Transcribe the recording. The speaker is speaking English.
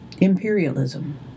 Imperialism